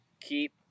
keep